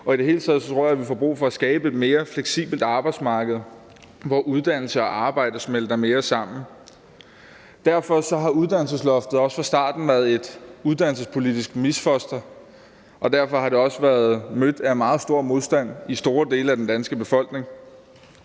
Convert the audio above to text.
og i det hele taget tror jeg, vi får brug for at skabe et mere fleksibelt arbejdsmarked, hvor uddannelse og arbejde smelter mere sammen. Derfor har uddannelsesloftet også fra starten været et uddannelsespolitisk misfoster, og derfor har det også været mødt af meget stor modstand i store dele af den danske befolkning.